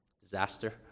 Disaster